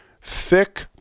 thick